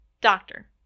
doctor